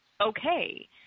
okay